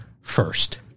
first